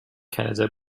canada